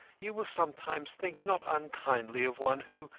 you will sometimes think not unkindly of one who,